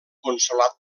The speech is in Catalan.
consolat